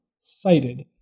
cited